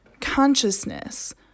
consciousness